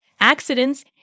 Accidents